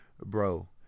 Bro